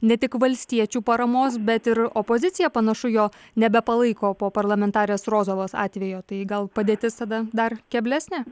ne tik valstiečių paramos bet ir opozicija panašu jo nebepalaiko po parlamentarės rozovos atvejo tai gal padėtis tada dar keblesnė